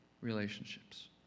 Relationships